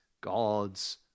God's